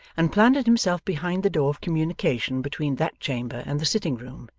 and planted himself behind the door of communication between that chamber and the sitting-room,